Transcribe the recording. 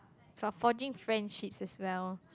it's about forging friendships as well